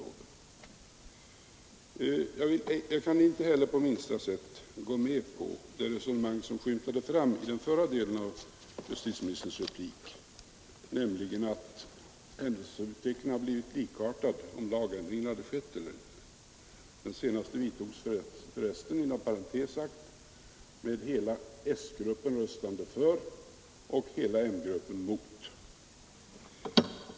bestämmelser om straff för sårande av tukt och sedlighet Jag kan inte heller gå med på det resonemang som framskymtade i den förra delen av justitieministerns replik, nämligen att händelseutvecklingen skulle ha blivit likartad om 1 vidtogs inom parentes sagt med hela s-gruppen röstande för och hela m-gruppen röstande mot.